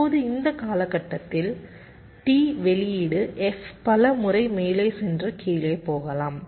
இப்போது இந்த காலகட்டத்தில் T வெளியீடு f பல முறை மேலே சென்று கீழே போகலாம்